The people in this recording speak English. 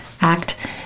Act